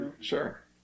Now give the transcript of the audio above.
sure